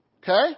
Okay